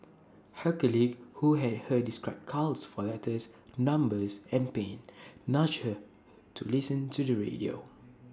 her colleague who had heard her describe cows for letters numbers and pain nudged her to listen to the radio